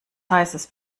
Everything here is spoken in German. heißes